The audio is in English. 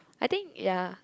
I think ya